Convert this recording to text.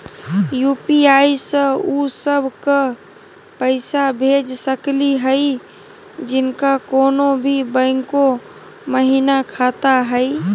UPI स उ सब क पैसा भेज सकली हई जिनका कोनो भी बैंको महिना खाता हई?